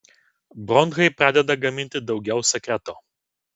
bronchai pradeda gaminti daugiau sekreto